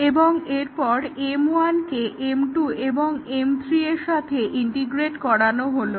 এবং এরপর M1 কে M2 এবং M3 এর সাথে ইন্টিগ্রেট করানো হলো